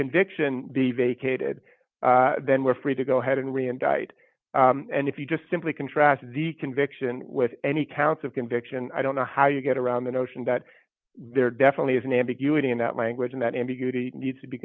conviction be vacated then we're free to go ahead and we indict and if you just simply contrast the conviction with any counts of conviction i don't know how you get around the notion that there definitely is an ambiguity in that language and that ambiguity needs to be